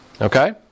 Okay